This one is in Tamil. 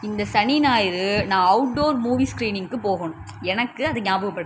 இந்த சனி ஞாயிறு நான் அவுட்டோர் மூவி ஸ்கிரீனிங்குக்கு போகணும் எனக்கு அதை ஞாபகப்படுத்து